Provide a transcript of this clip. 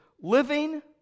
living